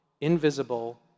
invisible